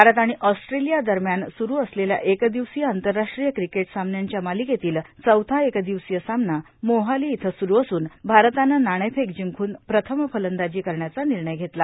भारत आणि ऑस्ट्रेलिया दरम्यान सुरू असलेल्या एक दिवसीय आंतरराष्ट्रीय क्रिकेट सामन्यांच्या मालिकेतील चौथ्या एकदिवसीय सामना मोहाली इथं सुरू असून भारतानं नाणेफेक जिंकून प्रथम फलंदाजी करण्याचा निर्णय घेतला